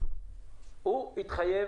הוא התחייב